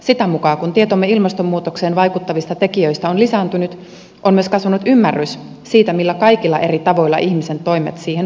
sitä mukaa kuin tietomme ilmastonmuutokseen vaikuttavista tekijöistä on lisääntynyt on myös kasvanut ymmärrys siitä millä kaikilla eri tavoilla ihmisen toimet siihen vaikuttavat